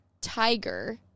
tiger